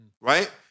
Right